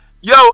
Yo